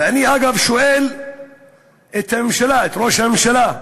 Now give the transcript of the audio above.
ואני, אגב, שואל את הממשלה, את ראש הממשלה: